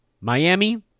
Miami